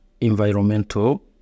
environmental